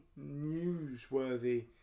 newsworthy